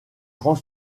grand